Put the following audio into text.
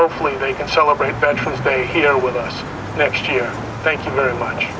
hopefully they can celebrate bench stay here with us next year thank you very much